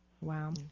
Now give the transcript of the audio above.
Wow